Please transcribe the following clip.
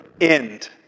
end